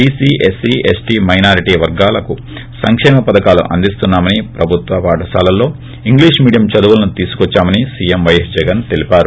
BC SC ST minority వర్గాలకు సంకేమ పథకాలు అందిస్తున్నా మని ప్రభుత్వ పాఠశాలల్లో ఇంగ్లీష్ మీడియం చదువులను తీసుకొచ్చామని సీఎం పైఎస్ జగన్ తెలిపారు